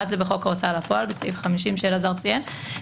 בסעיף 50 לחוק ההוצאה לפועל שאלעזר כבר ציין,